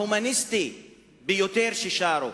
ההומניסטי ביותר, ששרו?